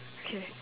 okay